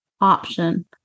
option